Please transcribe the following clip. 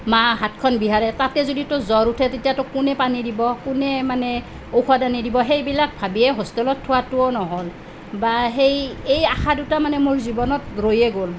মা হাতখন বিহাৰে তাতে যদি তোৰ জ্বৰ উঠে তেতিয়া তোক কোনে পানী দিব কোনে মানে ঔষধ আনি দিব সেইবিলাক ভাবিয়ে হোষ্টেলত থোৱাটোও নহ'ল বা সেই এই আশা দুটা মানে মোৰ জীৱনত ৰৈয়ে গ'ল